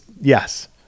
yes